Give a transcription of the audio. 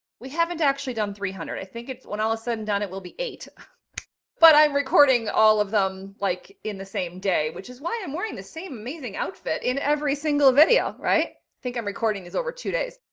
we haven't actually done three hundred i think it's when all of a sudden done it will be eight but i'm recording all of them like in the same day, which is why i'm wearing the same amazing outfit in every single video, right? think i'm recording is over two days.